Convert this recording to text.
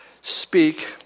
speak